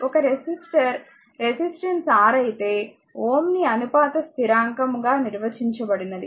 ఒక resistor resistance R అయితే Ω ని అనుపాత స్థిరాంకం గా నిర్వచించబడినది